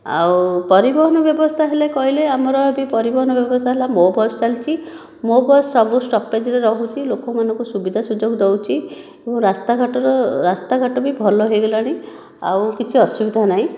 ଆଉ ପରିବହନ ବ୍ୟବସ୍ଥା ହେଲେ କହିଲେ ଆମର ବି ପରିବହନ ବ୍ୟବସ୍ଥା ହେଲା ମୋ ବସ୍ ଚାଲିଛି ମୋ ବସ୍ ସବୁ ସ୍ଟପେଜ୍ ରେ ରହୁଛି ଲୋକମାନଙ୍କୁ ସୁବିଧାସୁଯୋଗ ଦେଉଛି ଓ ରାସ୍ତାଘାଟର ରାସ୍ତାଘାଟ ବି ଭଲ ହୋଇଗଲାଣି ଆଉ କିଛି ଅସୁବିଧା ନାହିଁ